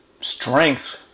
strength